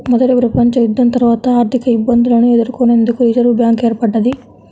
మొదటి ప్రపంచయుద్ధం తర్వాత ఆర్థికఇబ్బందులను ఎదుర్కొనేందుకు రిజర్వ్ బ్యాంక్ ఏర్పడ్డది